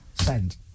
Send